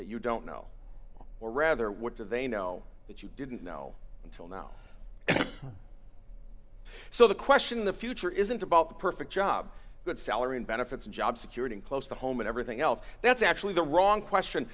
that you don't know or rather what do they know that you didn't know until now so the question in the future isn't about the perfect job good salary and benefits job security close to home and everything else that's actually the wrong question